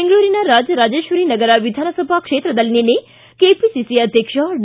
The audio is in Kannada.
ಬೆಂಗಳೂರಿನ ರಾಜರಾಜೇಶ್ವರಿ ನಗರ ವಿಧಾನಸಭಾ ಕ್ಷೇತ್ರದಲ್ಲಿಂದು ಕೆಪಿಸಿಸಿ ಅಧ್ವಕ್ಷ ಡಿ